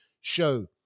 show